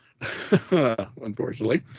unfortunately